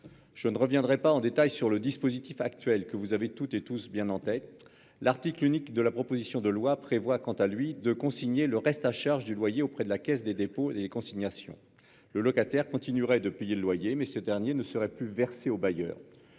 Je ne reviendrai pas en détail sur le dispositif actuel, car vous l'avez toutes et tous à l'esprit. L'article unique de cette proposition de loi tend à consigner le reste à charge du loyer auprès de la Caisse des dépôts et consignations. Le locataire continuerait de payer le loyer, mais celui-ci ne serait plus versé au bailleur.